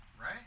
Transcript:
Right